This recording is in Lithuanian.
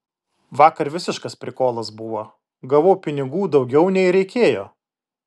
vakar visiškas prikolas buvo gavau pinigų daugiau nei reikėjo